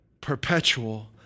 perpetual